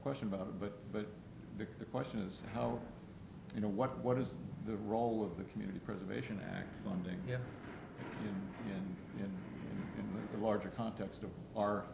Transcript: question about it but but the question is how you know what what is the role of the community preservation act funding here in the larger context of